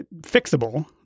fixable